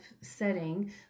setting